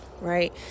right